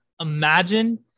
imagine